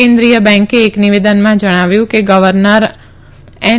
કેન્દ્રીય બેંકે એક નિવેદનમાં જણાવ્યું કે ગવર્નર એન